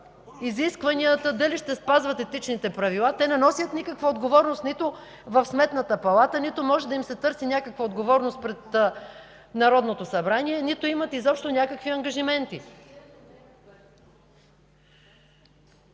изискванията, дали ще спазват етичните правила, те не носят никаква отговорност нито в Сметната палата, нито може да им се търси някаква отговорност пред Народното събрание, нито имат изобщо някакви ангажименти.